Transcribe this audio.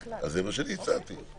11:28.)